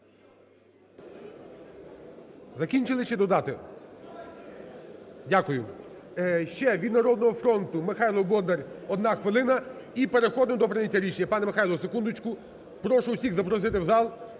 Закінчили чи додати? Дякую. Ще від "Народного фронту" Михайло Бондар, одна хвилина. І переходимо до прийняття рішення. Пане Михайле, секундочку. Прошу усіх запросити зал,